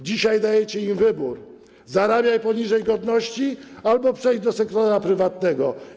Dzisiaj dajecie im wybór: zarabiaj poniżej godności albo przejdź do sektora prywatnego.